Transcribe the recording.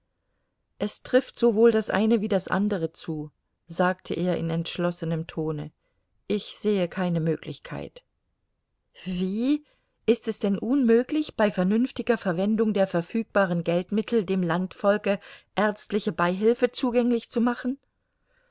es trifft sowohl das eine wie das andere zu sagte er in entschlossenem tone ich sehe keine möglichkeit wie ist es denn unmöglich bei vernünftiger verwendung der verfügbaren geldmittel dem landvolke ärztliche beihilfe zugänglich zu machen